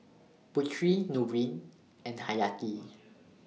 Putri Nurin and Hayati